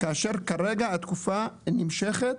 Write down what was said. כאשר כרגע התקופה נמשכת